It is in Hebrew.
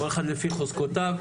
כל אחד לפי חוזקותיו,